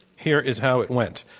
here is how it went.